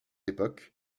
époque